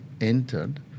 entered